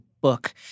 book